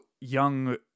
young